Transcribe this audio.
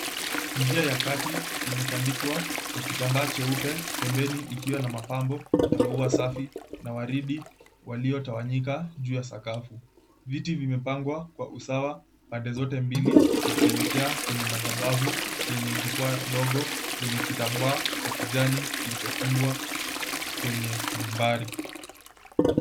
Njia ya kati imetandikwa kwa kitambaa cheupe, pembeni ikiwa na mapambo ya maua safi na waridi waliotawanyika juu ya sakafu. Viti vimepangwa kwa usawa pande zote mbili vikielekea kwenye madhabahu yenye jukwaa dogo yenye kitambaa cha kijani kilichofungwa kwenye mimbari.